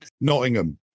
Nottingham